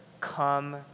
come